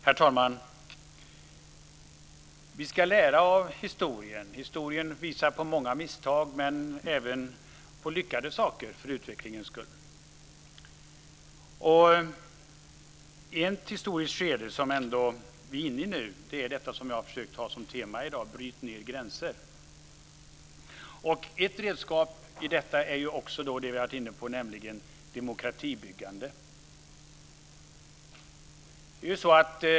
Herr talman! Vi ska lära av historien. Historien visar på många misstag, men även på lyckade saker för utvecklingen. Ett historiskt skede som vi är inne i nu är det som jag har försökt ha som tema i dag: Bryt ned gränser! Ett redskap i detta är det vi har varit inne på, nämligen demokratibyggande.